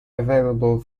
available